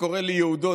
שקורא לי "יהודון",